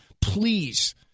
please